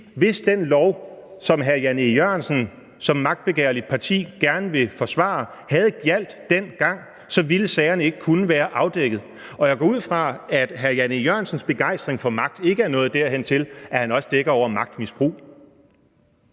hvis den lov, som hr. Jan E. Jørgensen som medlem af et magtbegærligt parti gerne vil forsvare, havde gjaldt dengang, ville sagerne ikke kunne være afdækket. Og jeg går ud fra, at hr. Jan E. Jørgensens begejstring for magt ikke er nået dertil, at han også dækker over magtmisbrug.